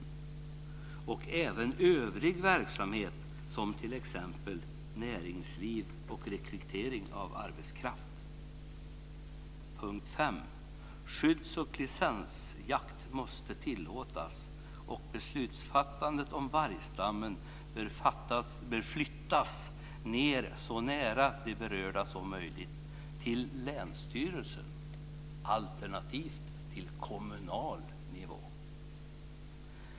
Det gäller även övrig verksamhet som t.ex. 5. Skydds och licensjakt måste tillåtas. Beslutsfattandet om vargstammen bör flyttas ned, så nära de berörda som möjligt till länsstyrelsen alternativt till kommunal nivå.